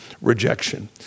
Rejection